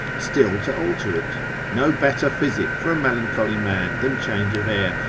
still to alter it no better physic for a melancholy man than change of air,